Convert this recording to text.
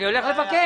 דוד, אני הולך לבקש.